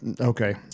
okay